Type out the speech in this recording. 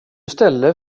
ställer